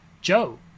Joe